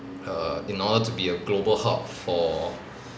err in order to be a global hub for